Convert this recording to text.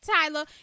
tyler